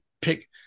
Pick